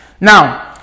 Now